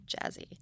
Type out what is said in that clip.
jazzy